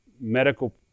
medical